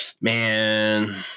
man